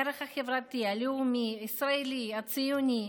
הערך החברתי, הלאומי, הישראלי, הציוני.